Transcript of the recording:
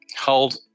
hold